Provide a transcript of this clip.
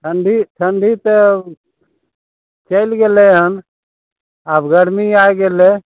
ठंडी ठंडी तऽ चैलि गेलै हन आब गरमी आबि गेलै